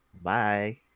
Bye